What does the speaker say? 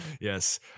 Yes